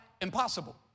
impossible